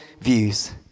views